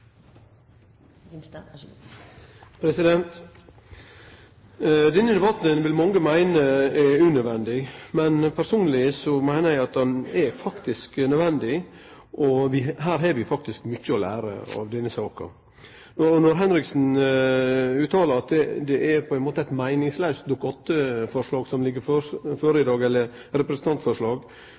unødvendig, men personleg meiner eg at han er nødvendig. Vi har faktisk mykje å lære av denne saka. Når Henriksen uttaler at det på ein måte er eit meiningslaust representantforslag som ligg føre, kan ein spørje seg kva som er mest meiningslaust, om det er lekkasje tre–fire dagar før budsjettet blir lagt fram, eller